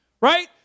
Right